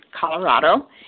Colorado